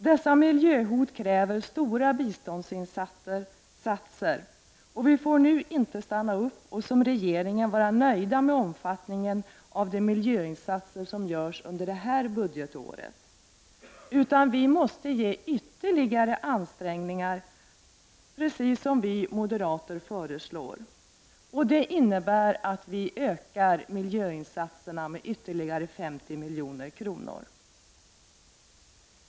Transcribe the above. Dessa miljöhot kräver stora biståndsinsatser. Vi får nu inte stanna upp och, som regeringen, vara nöjda med omfattningen av de miljöinsatser som görs under det här budgetåret. Vi måste göra ytterligare ansträngningar, precis som vi moderater föreslår. Det innebär att vi ökar miljöinsatserna med ytterligare 50 milj.kr.